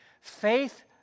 Faith